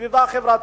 בסביבה החברתית,